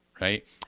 right